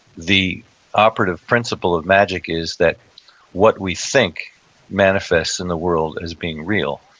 the operative principle of magic is that what we think manifests in the world as being real,